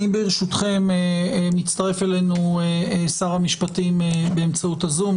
מצטרף אלינו שר המשפטים באמצעות הזום.